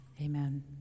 Amen